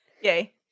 Yay